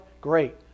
great